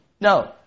No